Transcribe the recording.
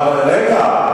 אבל רגע.